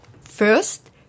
First